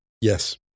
Yes